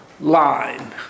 line